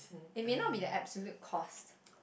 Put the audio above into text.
it may not be the absolute cost